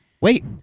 Wait